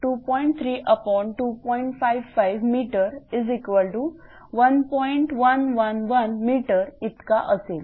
111 m इतका असेल